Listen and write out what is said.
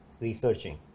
researching